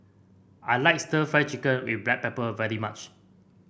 I like stir Fry Chicken with Black Pepper very much